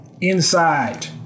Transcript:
inside